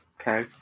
Okay